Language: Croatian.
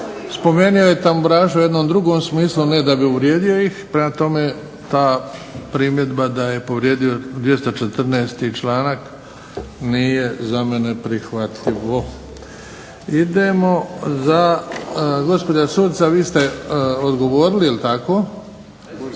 spomenuo je tamburaše u jednom drugom smislu a ne da bi uvrijedio ih, prema tome, ta primjedba da je povrijedio 214. članak nije za mene prihvatljivo. Idemo gospođa Šuica vi ste odgovorili. Izvolite